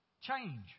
Change